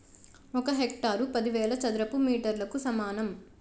ఒక హెక్టారు పదివేల చదరపు మీటర్లకు సమానం